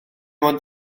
ond